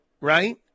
right